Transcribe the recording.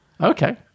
Okay